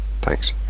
Thanks